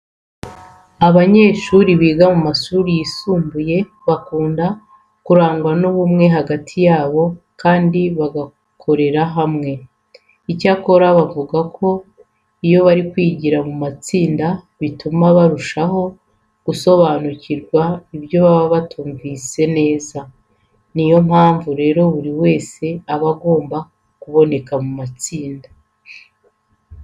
Abanyeshuri biga mu mashuri yisumbuye bakunda kurangwa n'ubumwe hagati yabo kandi bagakorera hamwe. Icyakora bavuga ko iyo bari kwigira mu matsinda bituma barushaho gusobanukirwa ibyo baba batumvise neza. Ni yo mpamvu rero buri wese aba agomba kuboneka mu itsinda.